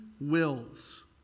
wills